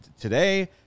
today